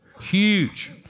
Huge